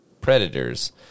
predators